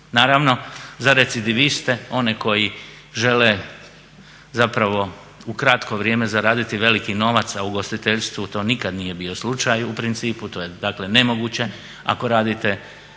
Naravno za recidiviste one koji žele zapravo u kratko vrijeme zaraditi veliki novac a u ugostiteljstvu to nikad nije bio slučaju u principu, to je dakle nemoguće ako radite